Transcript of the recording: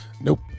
nope